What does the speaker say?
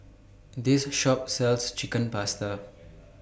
This Shop sells Chicken Pasta